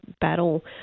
battle